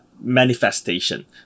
manifestation